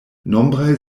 nombraj